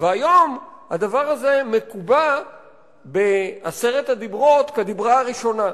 והיום הדבר הזה מקובע בעשרת הדיברות כדיבר הראשון.